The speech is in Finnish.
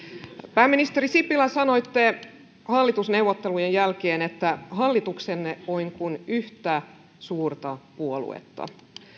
pääministeri sipilä sanoitte hallitusneuvottelujen jälkeen että hallituksenne on kuin yhtä suurta puoluetta